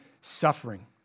suffering